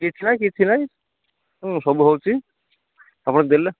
କିଛି ନାହିଁ କିଛି ନାହିଁ ସବୁ ହେଉଛି ଆପଣ ଦେଲେ